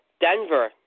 Denver